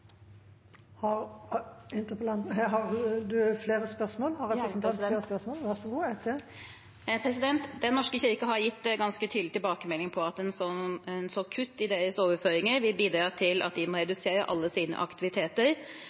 Den norske kirke har gitt ganske tydelig tilbakemelding om at et sånt kutt i overføringer til dem vil bidra til at de må redusere alle sine aktiviteter.